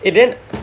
eh then